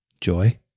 joy